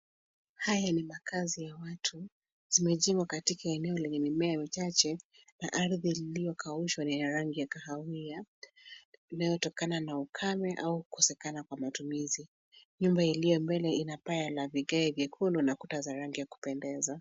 Haya ni makazi ya watu, zimejengwa katika eneo lenye mimea michache na ardhi iliyokaushwa na ina rangi ya kahawia inayotokana na ukame au kukosekana kwa matumizi. Nyumba iliyo mbele ina paa na vigae vyekundu na kuta za rangi ya kupendeza.